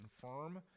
confirm